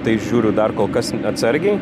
tai žiūriu dar kol kas atsargiai